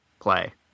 play